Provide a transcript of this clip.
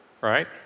right